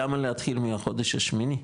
למה להתחיל מהחודש השמיני?